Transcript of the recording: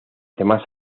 demás